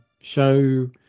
show